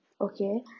okay